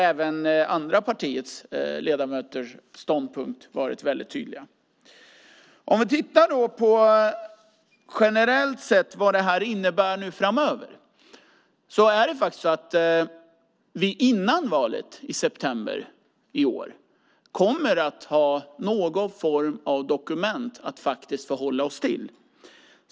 Även andra partiers ledamöter har haft väldigt tydliga ståndpunkter. Vi kan titta på vad detta generellt innebär framöver. Före valet i september i år kommer vi att ha någon form av dokument att förhålla oss till.